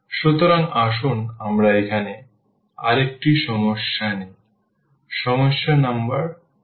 সুতরাং আসুন আমরা এখানে আরেকটি সমস্যা নেই সমস্যা নম্বর 2